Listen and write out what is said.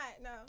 No